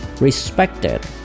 respected